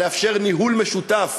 על לאפשר ניהול משותף,